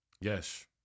Yes